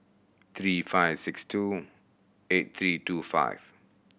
three five six two eight three two five